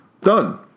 done